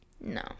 no